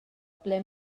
ble